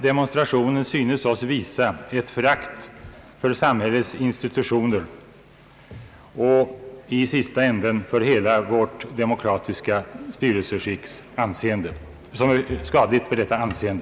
Demonstrationen synes oss visa ett förakt för samhällets institutioner och i sista änden för hela vårt demokratiska styrelseskicks anseende, vilket är skadligt för detta anseende.